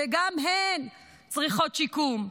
שגם הן צריכות שיקום.